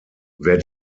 wer